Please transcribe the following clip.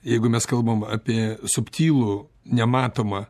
jeigu mes kalbam apie subtilų nematomą